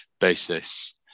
basis